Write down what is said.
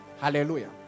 Hallelujah